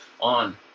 on